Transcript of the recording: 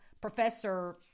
Professor